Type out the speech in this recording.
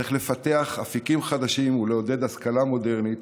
צריך לפתח אפיקים חדשים ולעודד השכלה מודרנית